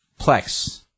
Plex